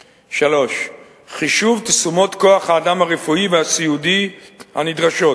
3. חישוב תשומות כוח-האדם הרפואי והסיעודי הנדרשות,